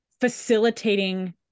facilitating